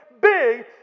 big